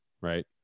right